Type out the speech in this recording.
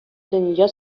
дөнья